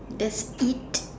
there's eat